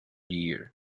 year